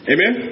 Amen